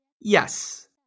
Yes